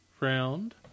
round